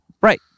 Right